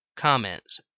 Comments